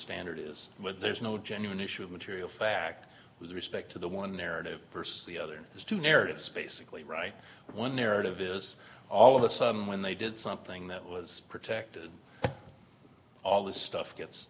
standard is but there's no genuine issue of material fact with respect to the one narrative versus the other is two narratives basically write one narrative is all of the some when they did something that was protected all this stuff gets